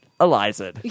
Eliza